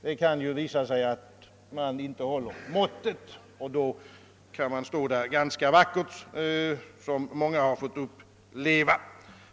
Det kan visa sig att man inte håller måttet, och då står man där vackert, vilket många har fått uppleva.